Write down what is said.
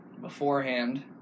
beforehand